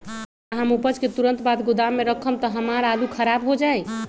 का हम उपज के तुरंत बाद गोदाम में रखम त हमार आलू खराब हो जाइ?